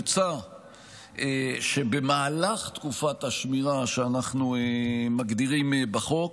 מוצע שבמהלך תקופת השמירה שאנחנו מגדירים בחוק,